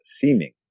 seeming